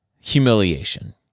Humiliation